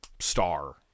star